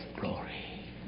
glory